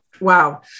Wow